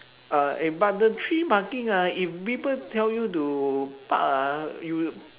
uh eh but the three parking ah if people tell you to park ah you